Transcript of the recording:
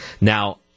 Now